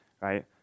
right